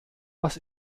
was